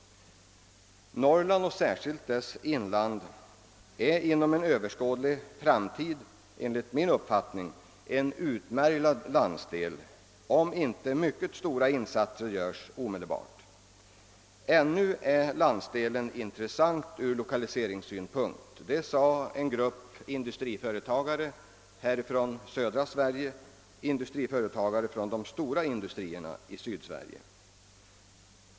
Norrland, och särskilt dess inland, kommer inom överskådlig framtid enligt min uppfattning att bli en utmärglad landsdel, om inte mycket stora insatser görs omedelbart. Ännu är landsdelen intressant ur lokaliseringssynpunkt — det sade en grupp industriföretagare från de stora industrierna i Sydsverige, som härförleden gjorde en rundresa i Västerbotten.